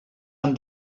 han